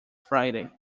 friday